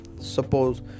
suppose